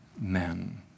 men